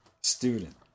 student